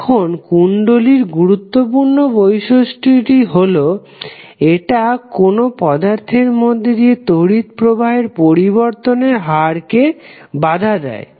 এখন কুণ্ডলীর গুরুত্বপূর্ণ বৈশিষ্ট্যটি হলো এটা কোন পদার্থের মধ্যে দিয়ে তড়িৎ প্রবাহের পরিবর্তনের হারকে বাধা দেয়